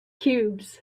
cubes